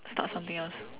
start something else